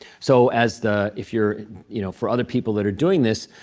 so as the if you're you know for other people that are doing this,